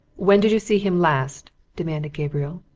when did you see him last? demanded gabriel.